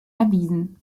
erwiesen